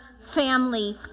family